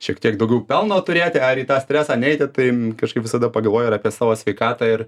šiek tiek daugiau pelno turėti ar į tą stresą neiti tai kažkaip visada pagalvoju ir apie savo sveikatą ir